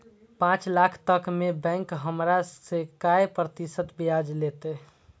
पाँच लाख तक में बैंक हमरा से काय प्रतिशत ब्याज लेते?